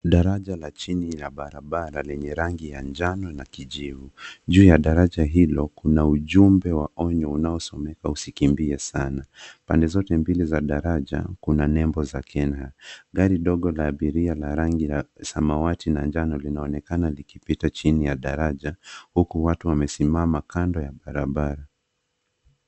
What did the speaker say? Daraja la chini ya barabara lenye rangi ya njano na kijivu. Juu ya daraja hilo kuna ujumbe wa onyo unaosomeka, usikimbie sana. Pande zote mbili za daraja kuna nebo za kina. Gari ndogo la abiria la rangi ya samawati na njano, linaonekana likipita chini ya daraja, huku watu wamesimama kando ya barabara.